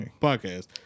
podcast